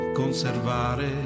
conservare